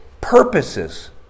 purposes